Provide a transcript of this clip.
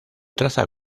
traza